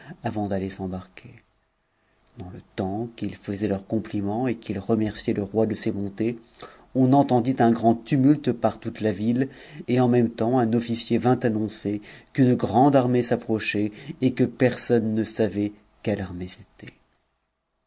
avant d'aller s'embarquer dans le temps qu'ils faisaient leurs compliments et qu'ils remerciaient le roi de ses bontés on entendit un grand tumulte par toute la ville et en même temps un officier vint annoncer qu'une grande armée s'approchait et que personne ne savait quelle